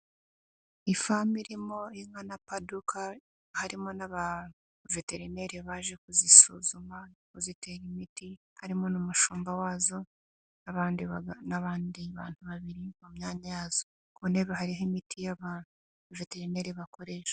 Ifamu irimo inka na paduka harimo n'aba veterineri baje kuzisuzuma no kuzitera imiti, harimo n'umushumba wazo n'abandi bantu babiri mu myanya yazo ku ntebe hariho imiti y'abaveterineri bakoresha.